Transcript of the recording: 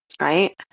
right